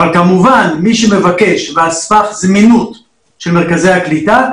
אבל כמובן מי שמבקש ועל סמך זמינות של מרכזי הקליטה,